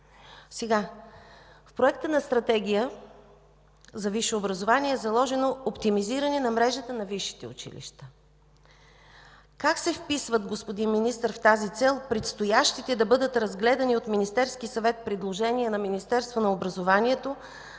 яснота. В Проекта на стратегия за висше образование е заложено оптимизиране на мрежата на висшите училища. Как се вписват, господин Министър, в тази цел предстоящите да бъдат разгледани от Министерския съвет предложения на Министерството на образованието